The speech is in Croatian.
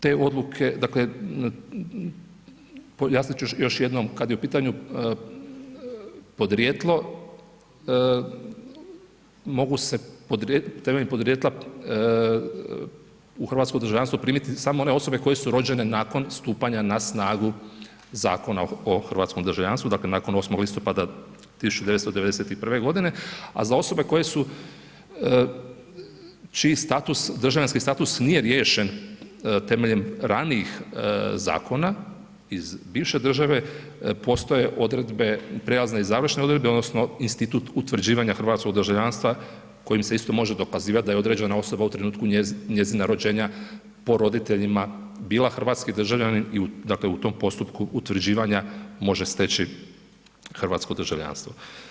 Te odluke, dakle, pojasnit ću još jednom, kad je u pitanju podrijetlo, mogu se temeljem podrijetla u hrvatsko državljanstvo primiti samo one osobe koje su rođene nakon stupanja na snagu Zakona o hrvatskom državljanstvu, dakle nakon 8. listopada 1991. godine, a za osobe koje su, čiji status državljanski status nije riješen temeljem ranijih zakona iz bivše države, postoje odredbe, prijelazne i završne odredbe, odnosno institut utvrđivanja hrvatskog državljanstva kojim se isto može dokazivati da je određena osoba u trenutku njezina rođenja po roditeljima bila hrvatski državljanin i dakle u tom postupku utvrđivanja može steći hrvatsko državljanstvo.